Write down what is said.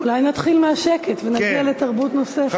אולי נתחיל מהשקט ונגיע לתרבות נוספת.